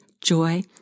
joy